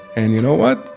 and you know what,